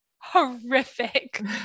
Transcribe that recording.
horrific